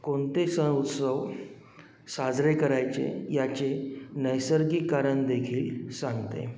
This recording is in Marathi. कोणते सणउत्सव साजरे करायचे याचे नैसर्गिक कारण देखील सांगते